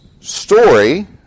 story